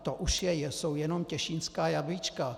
To už jsou jen těšínská jablíčka.